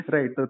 Right